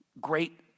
great